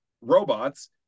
robots